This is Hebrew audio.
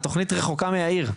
התוכנית רחוקה מהעיר,